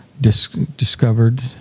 discovered